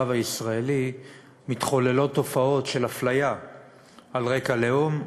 הישראלי מתחוללות תופעות של אפליה על רקע לאום,